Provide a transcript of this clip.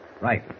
Right